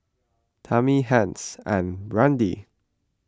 Tamie Hence and Brande